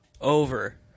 Over